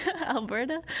Alberta